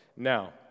Now